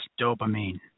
dopamine